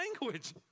language